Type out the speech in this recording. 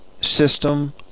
System